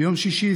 ביום שישי,